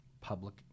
public